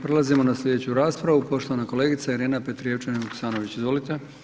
Prelazimo na slijedeću raspravu, poštovana kolegica Irena Petrijevčanin Vuksanović, izvolite.